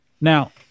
Now